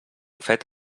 fet